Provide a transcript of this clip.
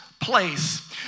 place